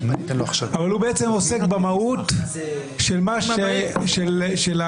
אבל הוא בעצם עוסק במהות של האירוע